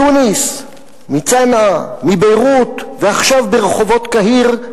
מתוניסיה, מצנעא, מביירות, ועכשיו ברחובות קהיר,